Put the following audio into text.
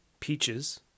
Peaches